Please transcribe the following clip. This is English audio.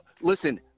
Listen